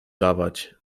dawać